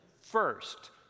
first